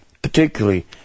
Particularly